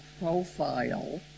profile